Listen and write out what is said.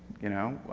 you know?